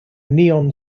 neon